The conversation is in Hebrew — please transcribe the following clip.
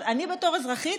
אני בתור אזרחית,